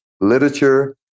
literature